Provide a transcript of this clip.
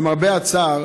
למרבה הצער,